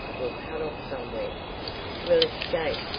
we'll cut off somewhere, we'll escape.